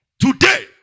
Today